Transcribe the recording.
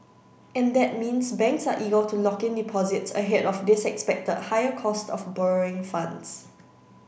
and that means banks are eager to lock in deposits ahead of this expected higher cost of borrowing funds